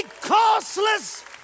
costless